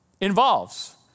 involves